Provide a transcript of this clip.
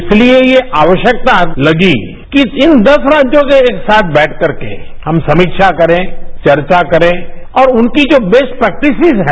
इसलिए ये आवश्यकता लगी कि इन दस राज्यों के एक साथ बैठकर के हम समीक्षाकरें वर्चा करें और उनकी जो बेस्ट प्रेक्टिसेज है